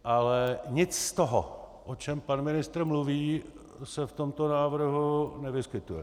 Ale nic z toho, o čem pan ministr mluví, se v tomto návrhu nevyskytuje.